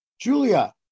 julia